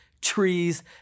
trees